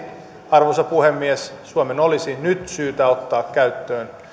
arvoisa puhemies suomen olisi nyt syytä ottaa käyttöön